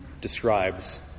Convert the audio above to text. describes